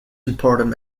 important